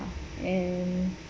and